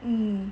hmm